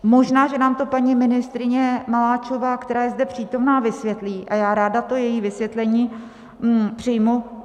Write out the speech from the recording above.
Možná, že nám to paní ministryně Maláčová, která je zde přítomna, vysvětlí, a já ráda to její vysvětlení přijmu.